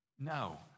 No